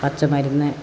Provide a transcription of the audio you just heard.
പച്ചമരുന്ന്